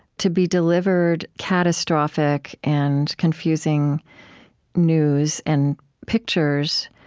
to be delivered catastrophic and confusing news and pictures,